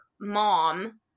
mom